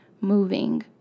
moving